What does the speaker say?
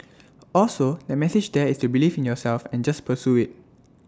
also the message there is to believe in yourself and just pursue IT